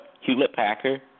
Hewlett-Packard